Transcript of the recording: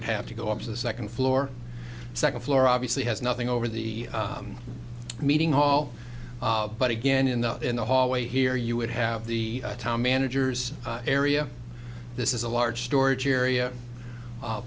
would have to go up to the second floor second floor obviously has nothing over the meeting hall but again in the in the hallway here you would have the town managers area this is a large storage area